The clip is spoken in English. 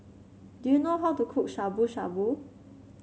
do you know how to cook Shabu Shabu